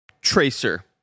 Tracer